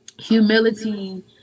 humility